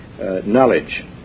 knowledge